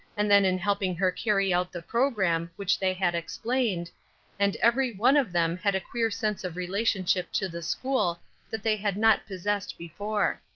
and then in helping her carry out the programme which they had explained and everyone of them had a queer sense of relationship to the school that they had not possessed before.